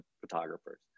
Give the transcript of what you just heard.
photographers